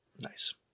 Nice